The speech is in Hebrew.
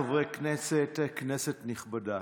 חבריי חברי הכנסת, כנסת נכבדה,